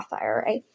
IRA